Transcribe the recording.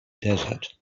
desert